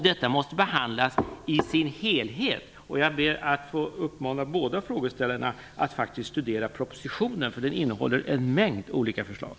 Detta måste behandlas i sin helhet. Jag ber att få uppmana båda frågeställarna att faktiskt studera propositionen, för den innehåller en mängd olika förslag.